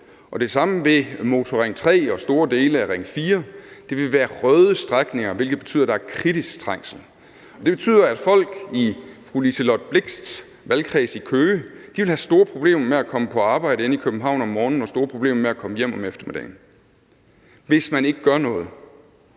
det samme vil Motorring 3 og store dele af Ring 4 være. Det vil være røde strækninger, hvilket betyder, at der er kritisk trængsel, og det betyder, at folk i fru Liselott Blixts valgkreds i Køge vil have store problemer med at komme på arbejde inde i København om morgenen og store problemer med at komme hjem om eftermiddagen, hvis man ikke gør noget.